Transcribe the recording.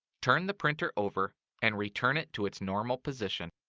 turn the printer over and return it to its normal position.